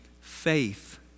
faith